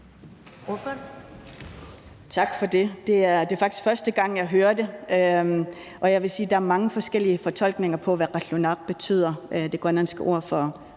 Tak for det. Det er faktisk første gang, at jeg hører det, og jeg vil sige, at der er mange forskellige fortolkninger af, hvad qallunaaq betyder, altså det grønlandske ord for danskere.